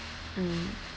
mm